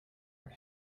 your